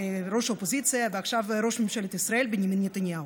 ראש האופוזיציה ועכשיו ראש ממשלת ישראל בנימין נתניהו,